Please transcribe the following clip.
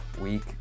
Week